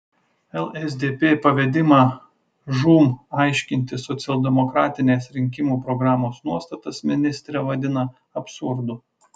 lsdp pavedimą žūm aiškinti socialdemokratinės rinkimų programos nuostatas ministrė vadina absurdu